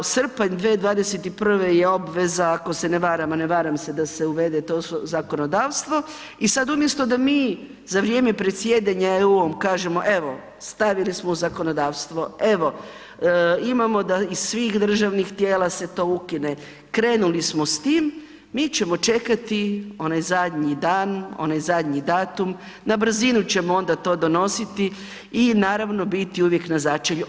Srpanj 2021. je obveza ako se ne varam, a ne varam se da se uvede to u zakonodavstvo i sad umjesto da mi za vrijeme predsjedanja EU-om kažemo evo stavili smo u zakonodavstvo, evo imamo da iz svih državnih tijela se to ukine, krenuli smo s tim, mi ćemo čekati onaj zadnji dan, onaj zadnji datum, na brzinu ćemo onda to donositi i naravno biti uvijek na začelju.